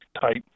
type